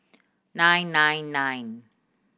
nine nine nine